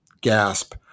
gasp